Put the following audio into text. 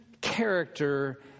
character